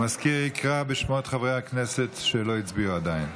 המזכיר יקרא בשמות חברי הכנסת שעדיין לא הצביעו.